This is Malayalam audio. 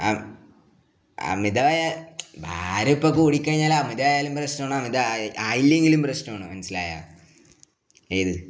ആ അമിതമായ ഭാരം ഇപ്പം കൂടിക്കഴിഞ്ഞാൽ അമിതമായാലും പ്രശ്നമാണ് അമിതം ആയില്ലെങ്കിലും പ്രശ്നമാണ് മനസ്സിലായോ ഏത്